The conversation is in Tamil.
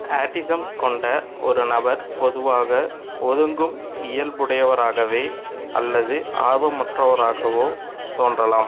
ஆட்டிசம் கொண்ட ஒரு நபர் பொதுவாக ஒதுங்கும் இயல்புடையவராகவே அல்லது ஆர்வமற்றவராகவோ தோன்றலாம்